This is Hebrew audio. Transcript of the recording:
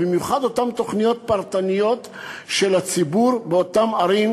במיוחד אותן תוכניות פרטניות של הציבור באותן ערים,